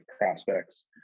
prospects